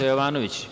Jovanović.